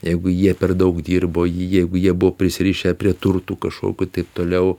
jeigu jie per daug dirbo jeigu jie buvo prisirišę prie turtų kažkokių taip toliau